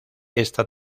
esta